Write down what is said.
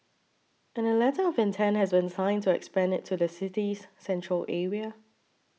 and a letter of intent has been signed to expand it to the city's central area